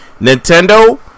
Nintendo